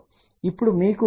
ఇప్పుడు మీకు 0